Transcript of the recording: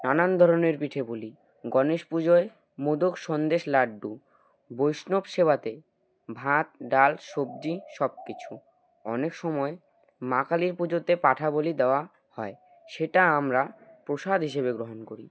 নানান ধরনের পিঠেপুলি গণেশ পুজোয় মোদক সন্দেশ লাড্ডু বৈষ্ণব সেবাতে ভাত ডাল সবজি সব কিছু অনেক সময় মা কালীর পুজোতে পাঁঠা বলি দেওয়া হয় সেটা আমরা প্রসাদ হিসেবে গ্রহণ করি